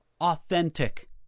authentic